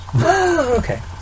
okay